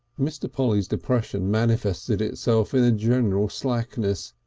mr. polly's depression manifested itself in a general slackness.